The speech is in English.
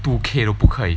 two K 都不可以